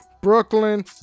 Brooklyn